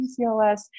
PCOS